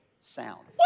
sound